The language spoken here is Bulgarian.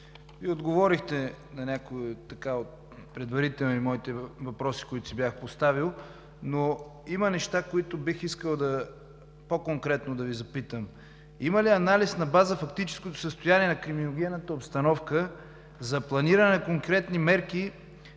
Вие отговорихте на някои от предварителните въпроси, които си бях поставил, но има неща, които бих искал да Ви запитам по-конкретно: има ли анализ на база фактическото състояние на криминогенната обстановка за планиране на конкретни мерки